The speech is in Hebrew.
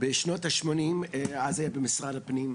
בשנות ה-80, אז זה היה במשרד הפנים,